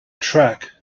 track